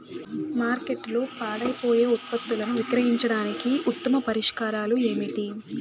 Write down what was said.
మార్కెట్లో పాడైపోయే ఉత్పత్తులను విక్రయించడానికి ఉత్తమ పరిష్కారాలు ఏమిటి?